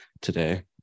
today